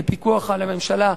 לפיקוח אמיתי על הממשלה,